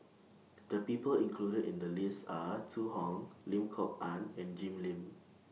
The People included in The list Are Zhu Hong Lim Kok Ann and Jim Lim